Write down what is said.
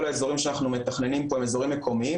האזורים שאנחנו מתכננים פה הם אזורים מקומיים,